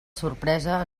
sorpresa